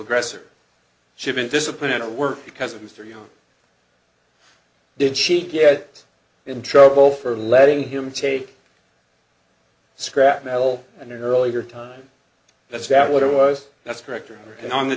aggressor she'd been disappointed to work because of mr young did she get in trouble for letting him take scrap metal an earlier time that's not what it was that's correct and on the